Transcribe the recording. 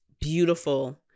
beautiful